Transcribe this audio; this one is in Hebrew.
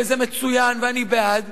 וזה מצוין ואני בעד,